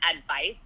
advice